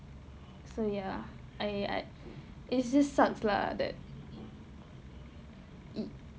so ya I I it's this sucks lah that it